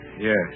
Yes